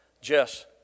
Jess